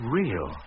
real